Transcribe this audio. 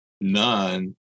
none